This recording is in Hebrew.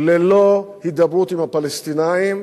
ללא הידברות עם הפלסטינים,